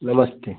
नमस्ते